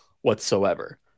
whatsoever